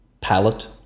palette